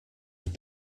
have